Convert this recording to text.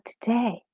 today